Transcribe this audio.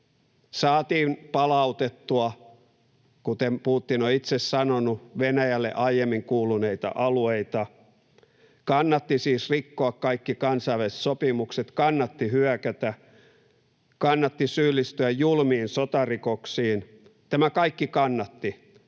saatiin palautettua, kuten Putin on itse sanonut, Venäjälle aiemmin kuuluneita alueita, kannatti siis rikkoa kaikki kansainväliset sopimukset, kannatti hyökätä, kannatti syyllistyä julmiin sotarikoksiin, tämä kaikki kannatti —